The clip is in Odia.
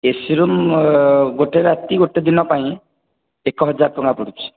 ଏସି ରୁମ୍ ଗୋଟିଏ ରାତି ଗୋଟିଏ ଦିନ ପାଇଁ ଏକ ହଜାର ଟଙ୍କା ପଡ଼ୁଛି